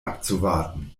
abzuwarten